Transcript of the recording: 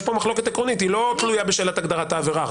יש כאן מחלוקת עקרונית והיא לא תלויה רק בשאלת הגדרת העבירה.